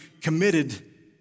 committed